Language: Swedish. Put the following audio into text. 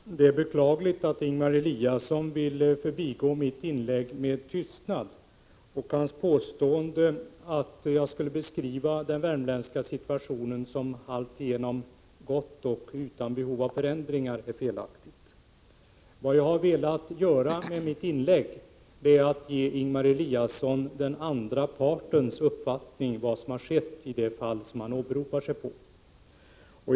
Herr talman! Det är beklagligt att Ingemar Eliasson vill förbigå mitt inlägg med tystnad. Hans påstående att jag skulle beskriva den värmländska situationen som alltigenom god och utan behov av förändringar är felaktigt. Vad jag ville med mitt inlägg var att ge Ingemar Eliasson den andra partens uppfattning om vad som skett i det fall som han åberopade sig på.